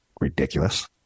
ridiculous